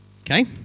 Okay